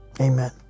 Amen